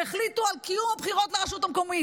שהחליטו על קיום הבחירות לרשות המקומית.